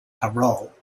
tyrol